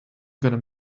gonna